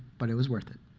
but it was worth it.